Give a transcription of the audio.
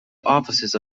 offices